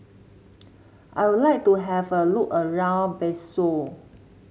I would like to have a look around Bissau